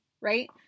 right